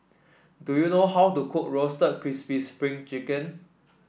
do you know how to cook Roasted Crispy Spring Chicken